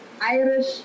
Irish